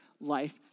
life